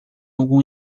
algum